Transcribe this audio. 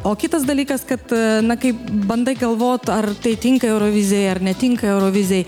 o kitas dalykas kad na kai bandai galvot ar tai tinka eurovizijai ar netinka eurovizijai